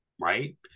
Right